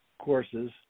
Courses